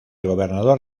gobernador